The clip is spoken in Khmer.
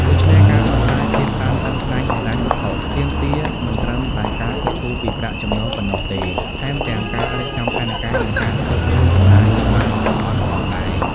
ដូច្នេះ ការដោះស្រាយភាពតានតឹងផ្នែកហិរញ្ញវត្ថុ ទាមទារមិនត្រឹមតែការគិតគូរពីប្រាក់ចំណូលប៉ុណ្ណោះទេ ថែមទាំងការរៀបចំផែនការ និងការគ្រប់គ្រងចំណាយឲ្យបានល្អិតល្អន់ផងដែរ។